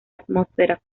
atmósfera